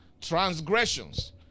transgressions